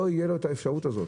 לא תהיה את האפשרות הזאת.